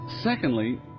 secondly